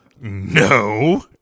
no